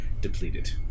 depleted